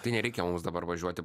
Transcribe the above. tai nereikia mums dabar važiuoti